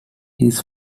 his